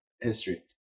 history